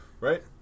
right